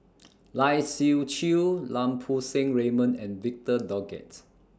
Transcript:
Lai Siu Chiu Lau Poo Seng Raymond and Victor Doggett